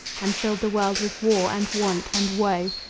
and filled the world with war and want and woe,